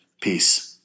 Peace